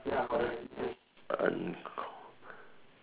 unco~